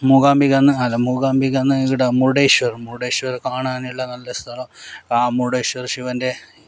മൂകാംബികയിൽ നിന്ന് അല്ല മൂകാംബികയിൽ നിന്ന് ഈട മുരുഡേശ്വർ മുരുഡേശ്വർ കാണാനുള്ള നല്ല സ്ഥലാ ആ മുരുഡേശ്വർ ശിവൻ്റെ